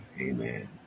Amen